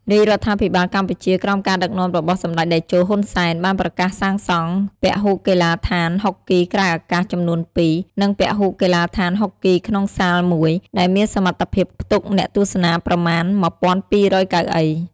រាជរដ្ឋាភិបាលកម្ពុជា ក្រោមការដឹកនាំរបស់សម្ដេចតេជោ ហ៊ុន សែន បានប្រកាសសាងសង់ពហុកីឡដ្ឋានហុកគីក្រៅអាកាសចំនួនពីរ និងពហុកីឡដ្ឋានហុកគីក្នុងសាលមួយ ដែលមានសមត្ថភាពផ្ទុកអ្នកទស្សនាប្រមាណ ១,២០០ កៅអី។